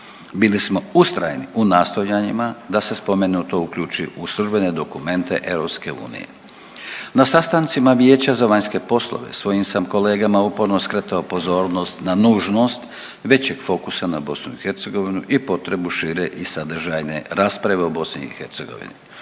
Bili smo ustrajni u nastojanjima da se spomenuto uključi u službene dokumente EU. Na sastancima Vijeća za vanjske poslove svojim sam kolegama uporno skretao pozornost na nužnost većeg fokusa na BiH i potrebu šire i sadržajne rasprave o BiH.